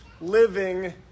living